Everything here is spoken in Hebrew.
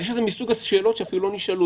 זה מסוג השאלות שאפילו לא נשאלו.